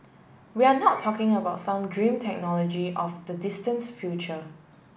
we are not talking about some dream technology of the distance future